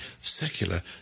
Secular